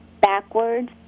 backwards